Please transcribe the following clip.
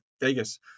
Vegas